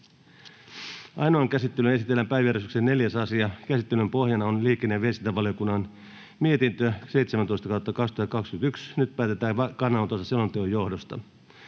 Ainoaan käsittelyyn esitellään päiväjärjestyksen 4. asia. Käsittelyn pohjana on liikenne- ja viestintävaliokunnan mietintö LiVM 17/2021 vp. Nyt päätetään kannanotosta selonteon johdosta.